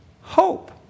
hope